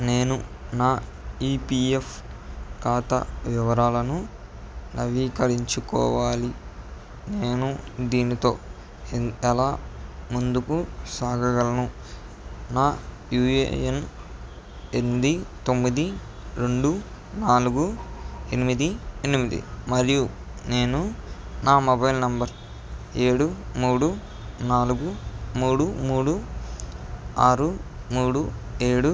నేను నా ఈపీఎఫ్ ఖాతా వివరాలను నవీకరించుకోవాలి నేను దీనితో ఎలా ముందుకు సాగగలను నా యుఏఎన్ ఎనిమిది తొమ్మిది రెండు నాలుగు ఎనిమిది ఎనిమిది మరియు నేను నా మొబైల్ నెంబర్ ఏడు మూడు నాలుగు మూడు మూడు ఆరు మూడు ఏడు